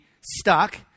stuck